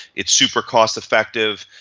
it's super cost effective.